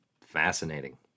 fascinating